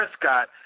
Prescott